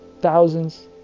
thousands